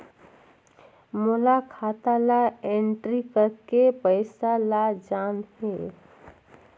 मोला खाता ला एंट्री करेके पइसा ला जान हे?